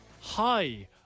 Hi